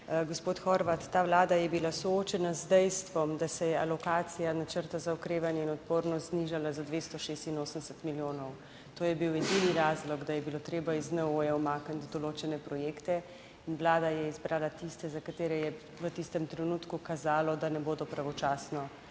Gospod Horvat, ta vlada je bila soočena z dejstvom, da se je alokacija načrta za okrevanje in odpornost znižala za 286 milijonov, to je bil edini razlog, da je bilo treba iz NOO umakniti določene projekte in vlada je izbrala tiste, za katere je v tistem trenutku kazalo, da ne bodo pravočasno